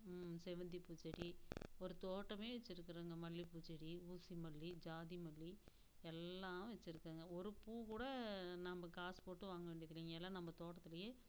செவ்வந்திப்பூ செடி ஒரு தோட்டமே வச்சிருக்குறோங்க மல்லிப்பூ செடி ஊசி மல்லி ஜாதி மல்லி எல்லாம் வச்சிருக்கோங்க ஒரு பூ கூட நம்ம காசு போட்டு வாங்க வேண்டியதில்லைங்க எல்லாம் நம்ம் தோட்டத்துலேயே